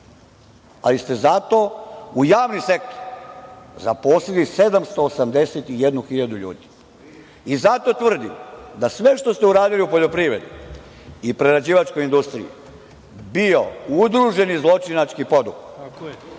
ali ste zato u javni sektor zaposlili 781.000 ljudi. Zato tvrdim da sve što ste uradili u poljoprivredi i prerađivačkoj industriji je bio udruženi zločinački poduhvat